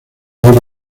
aire